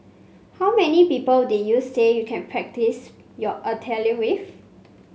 how many people did you say you can practise your Italian with